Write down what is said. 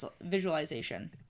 visualization